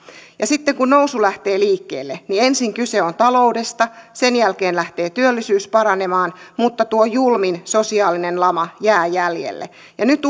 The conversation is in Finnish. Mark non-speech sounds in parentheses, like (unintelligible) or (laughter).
ja sitten kun nousu lähtee liikkeelle ensin kyse on taloudesta sen jälkeen lähtee työllisyys paranemaan mutta tuo julmin sosiaalinen lama jää jäljelle ja nyt (unintelligible)